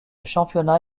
championnat